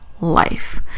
life